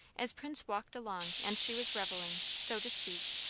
as prince walked along and she was revelling, so to speak,